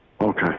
Okay